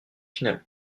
finale